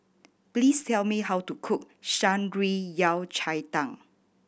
please tell me how to cook Shan Rui Yao Cai Tang